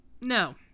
No